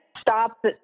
stop